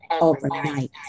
overnight